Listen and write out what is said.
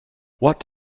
what